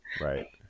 Right